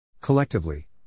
Collectively